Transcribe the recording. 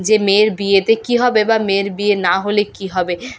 যে মেয়ের বিয়েতে কী হবে বা মেয়ের বিয়ে না হলে কী হবে